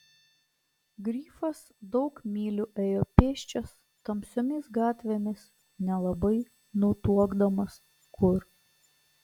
grifas daug mylių ėjo pėsčias tamsiomis gatvėmis nelabai nutuokdamas kur